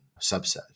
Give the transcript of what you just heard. subset